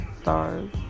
stars